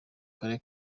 karere